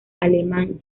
alemán